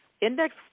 index